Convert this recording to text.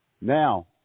Now